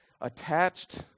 attached